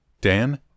Dan